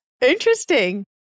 Interesting